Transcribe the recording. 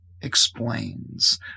explains